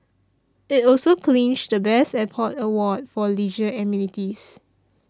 it also clinched the best airport award for leisure amenities